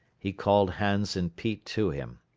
he called hans and pete to him.